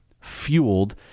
fueled